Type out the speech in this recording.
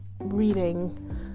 reading